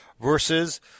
versus